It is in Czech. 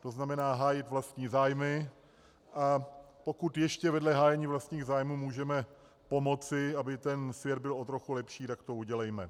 To znamená hájit vlastní zájmy, a pokud ještě vedle hájení vlastních zájmů můžeme pomocí, aby ten svět byl o trochu lepší, tak to udělejme.